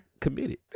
committed